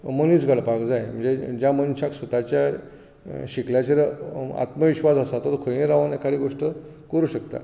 मनीस घडपाक जाय म्हणजे ज्या मनशाक स्वताच्या शिकल्याचेर आत्मविश्वास आसा तो खंय रावन एखादी गोष्ट करूंक शकता